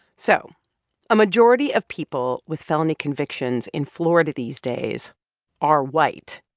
so a majority of people with felony convictions in florida these days are white.